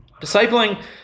Discipling